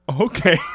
Okay